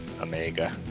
Omega